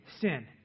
sin